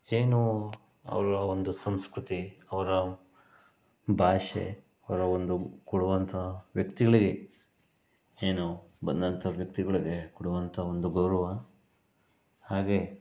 ಏನು ಅವರ ಒಂದು ಸಂಸ್ಕೃತಿ ಅವರ ಭಾಷೆ ಅವರ ಒಂದು ಕೊಡುವಂತಹ ವ್ಯಕ್ತಿಗಳಿಗೆ ಏನು ಬಂದಂಥ ವ್ಯಕ್ತಿಗಳಿಗೆ ಕೊಡುವಂಥ ಒಂದು ಗೌರವ ಹಾಗೆ